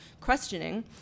questioning